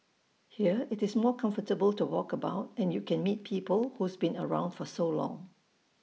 here IT is more comfortable to walk about and you can meet people who's been around for so long